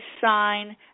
sign